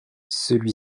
celui